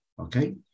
okay